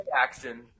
action